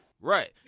right